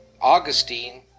Augustine